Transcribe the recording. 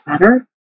better